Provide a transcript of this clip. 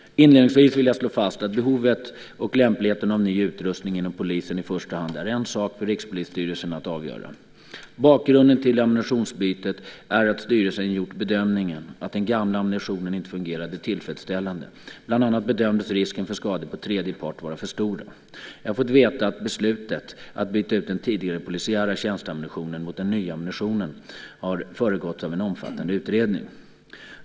Inledningsvis vill jag slå fast att behovet och lämpligheten av ny utrustning inom polisen i första hand är en sak för Rikspolisstyrelsen att avgöra. Bakgrunden till ammunitionsbytet är att styrelsen gjort bedömningen att den gamla ammunitionen inte fungerade tillfredsställande. Bland annat bedömdes risken för skador på tredje part vara för stor. Jag har fått veta att beslutet att byta ut den tidigare polisiära tjänsteammunitionen mot den nya ammunitionen har föregåtts av en omfattande utredning.